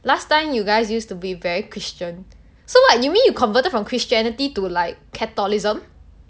last time you guys used to be very christian so what you mean you converted from christianity to like catholicism